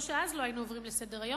לא שאז לא היינו עוברים לסדר-היום,